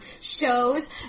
shows